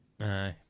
Aye